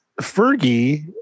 Fergie